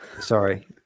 Sorry